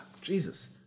Jesus